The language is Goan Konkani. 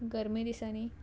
गरमे दिसांनी